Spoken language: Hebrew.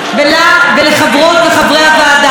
לה ולחברות וחברי הוועדה.